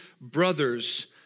brothers